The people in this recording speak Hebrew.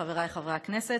חבריי חברי הכנסת,